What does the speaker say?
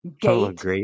gate